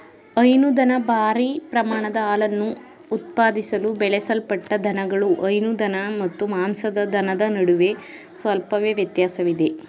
ಹೈನುದನ ಭಾರೀ ಪ್ರಮಾಣದ ಹಾಲನ್ನು ಉತ್ಪಾದಿಸಲು ಬೆಳೆಸಲ್ಪಟ್ಟ ದನಗಳು ಹೈನು ದನ ಮತ್ತು ಮಾಂಸದ ದನದ ನಡುವೆ ಸ್ವಲ್ಪವೇ ವ್ಯತ್ಯಾಸವಿದೆ